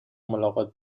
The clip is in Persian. ملاقات